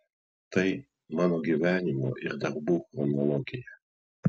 tai mano gyvenimo ir darbų chronologija